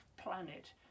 planet